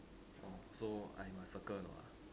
oh so I must circle or not ah